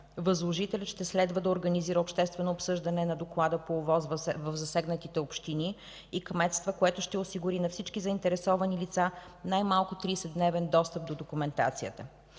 Възложителят ще следва да организира обществено обсъждане на доклада по ОВОС в засегнатите общини и кметства, което ще осигури на всички заинтересовани лица най-малко 30-дневен достъп до документацията.